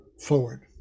forward